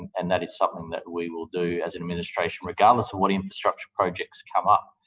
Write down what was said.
and that is something that we will do as an administration, regardless of what infrastructure projects come up.